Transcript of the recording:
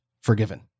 forgiven